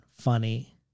funny